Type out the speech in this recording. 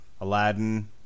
Aladdin